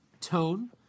tone